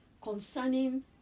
concerning